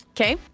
Okay